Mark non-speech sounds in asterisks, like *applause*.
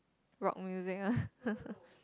rock music ah *laughs*